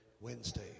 Wednesday